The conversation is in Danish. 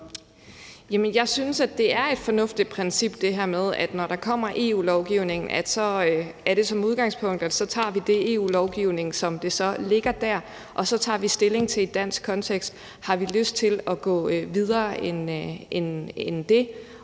Jeg synes, det er et fornuftigt princip, at når der kommer EU-lovgivning, tager vi som udgangspunkt den EU-lovgivning, som den ligger der, og tager så stilling til i en dansk kontekst, om vi har lyst til at gå videre end det,